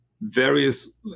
various